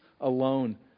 alone